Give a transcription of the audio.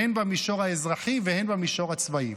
הן במישור האזרחי והן במישור הצבאי.